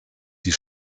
die